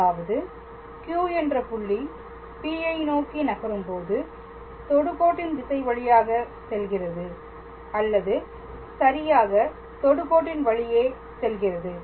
அதாவது Q என்ற புள்ளி P யை நோக்கி நகரும் போது தொடுகோட்டின் திசை வழியாக செல்கிறது அல்லது சரியாக தொடுகோட்டின் வழியே செல்கிறது